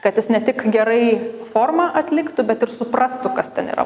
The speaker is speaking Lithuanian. kad jis ne tik gerai formą atliktų bet ir suprastų kas ten yra